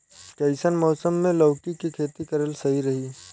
कइसन मौसम मे लौकी के खेती करल सही रही?